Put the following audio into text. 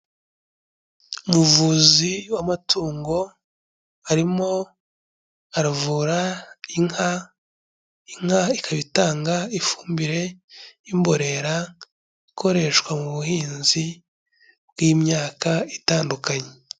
Umuvuzi w'amatungo arimo aravura inka, inka ikaba itanga ifumbire y'imborera ikoreshwa mu buhinzi bw'imyaka itandukanye.